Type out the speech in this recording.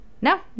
no